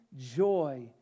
joy